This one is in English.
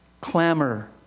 clamor